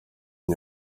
ngo